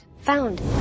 Found